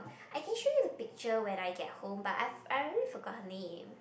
I can show you the picture when I get home but I've I already forgot her name